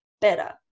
better